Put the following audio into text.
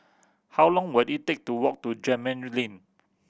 how long will it take to walk to Gemmill Lane